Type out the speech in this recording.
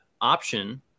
option